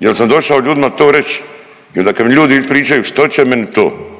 jer sam došao ljudima to reći i onda kad mi ljudi ispričaju što će meni to